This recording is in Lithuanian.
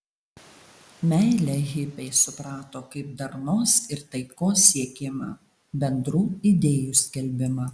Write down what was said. meilę hipiai suprato kaip darnos ir taikos siekimą bendrų idėjų skelbimą